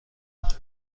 بود